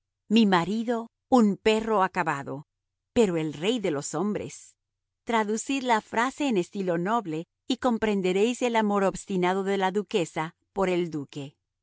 mi marido un perro acabado pero el rey de los hombres traducid la frase en estilo noble y comprenderéis el amor obstinado de la duquesa por el duque